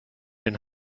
den